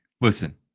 Listen